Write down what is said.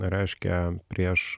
reiškia prieš